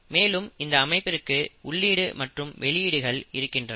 மேலும் இந்த அமைப்பிற்கு உள்ளீடு மற்றும் வெளியீடுகள் இருக்கின்றன